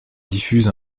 diffuse